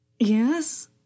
Yes